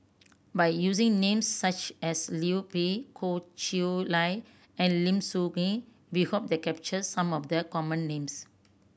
by using names such as Liu Peihe Goh Chiew Lye and Lim Soo Ngee we hope to capture some of the common names